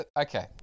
Okay